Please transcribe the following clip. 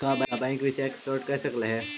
का बैंक भी cheque fraud कर सकलई हे?